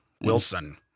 Wilson